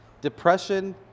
depression